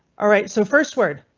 alright, so first word.